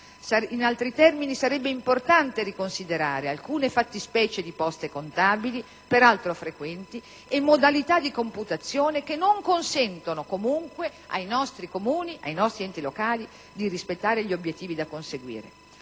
In altri termini, sarebbe importante riconsiderare alcune fattispecie di poste contabili, per altro frequenti, e modalità di computazione che non consentono comunque ai nostri Comuni ed enti locali di rispettare gli obiettivi da conseguire.